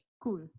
Cool